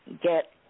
get